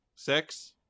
Six